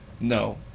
No